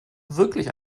wirklich